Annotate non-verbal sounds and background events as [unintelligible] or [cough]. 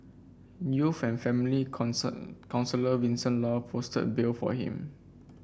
youth and family [unintelligible] counsellor Vincent Law posted bail for him